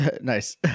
Nice